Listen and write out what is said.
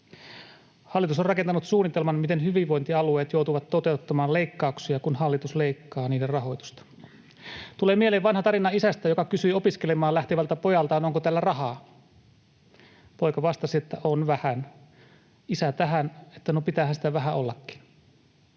Hallitus on rakentanut suunnitelman, miten hyvinvointialueet joutuvat toteuttamaan leikkauksia, kun hallitus leikkaa niiden rahoitusta. Tulee mieleen vanha tarina isästä, joka kysyi opiskelemaan lähtevältä pojaltaan, onko tällä rahaa. Poika vastasi, että on vähän. Isä tähän, että no, pitäähän sitä vähän ollakin.